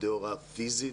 עובדי הוראה פיזית.